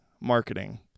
marketing